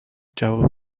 جواب